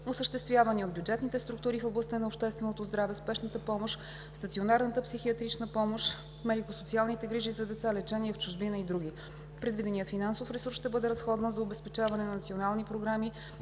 осъществявани от бюджетните структури в областта на общественото здраве, спешната помощ, стационарната психиатрична помощ, медико-социалните грижи за деца, лечение в чужбина и други. Предвиденият финансов ресурс ще бъде разходван за обезпечаване на национални програми